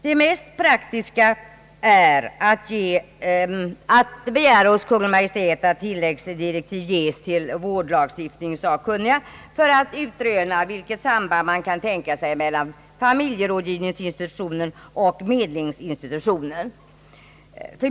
Det mest praktiska är att hos Kungl. Maj:t begära att tilläggsdirektiv ges till vårdlagstiftningssakkunniga för att utröna vilket samband man kan tänka sig mellan familjerådgivningsinstitutionen och medlingsinstitutionen.